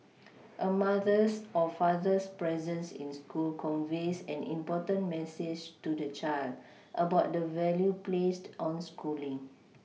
a mother's or father's presence in school conveys an important message to the child about the value placed on schooling